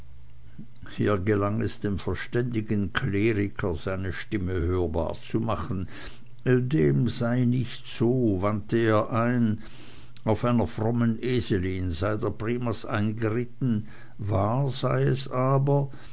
hier gelang es dem verständigen kleriker seine stimme hörbar zu machen dem sei nicht so wandte er ein auf einer frommen eselin sei der primas eingeritten wahr sei es aber